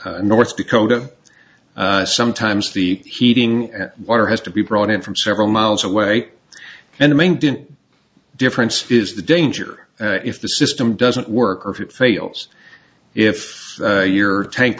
or north dakota sometimes the heating water has to be brought in from several miles away and the main didn't difference is the danger if the system doesn't work or if it fails if your tank